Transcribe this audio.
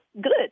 good